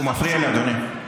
הוא מפריע לי, אדוני.